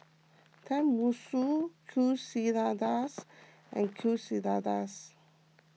Tenmusu Quesadillas and Quesadillas